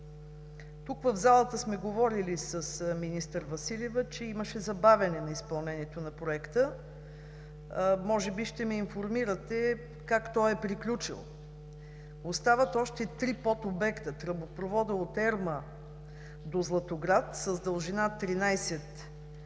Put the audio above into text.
Тук, в залата, сме говорили с министър Василева, че имаше забавяне на изпълнението на проекта. Може би ще ме информирате как е приключил? Остават още три подобекта – тръбопроводът от Ерма до Златоград с дължина около